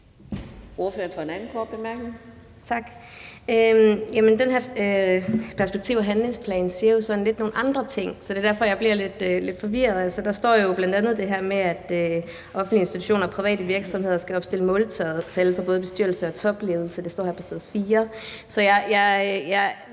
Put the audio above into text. Susie Jessen (DD): Tak. Jamen den her perspektiv- og handlingsplan siger jo sådan lidt nogle andre ting, så det er derfor, jeg bliver sådan lidt forvirret. For der står jo bl.a. det her med, at offentlige organisationer og private virksomheder skal opstille måltal for både bestyrelser og topledelser. Det står her på side 4,